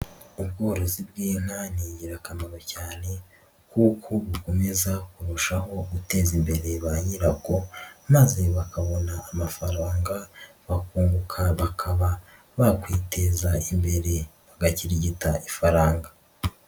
Ubworozi bw'inka ni ingirakamaro cyane, kuko bukomeza kurushaho guteza imbere ba nyirabwo, maze bakabona amafaranga bakunguka bakaba bakwiteza imbere bagakirigita ifaranga.